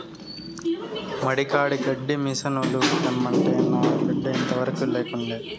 మడి కాడి గడ్డి మిసనుల తెమ్మంటే నా బిడ్డ ఇంతవరకూ లేకుండే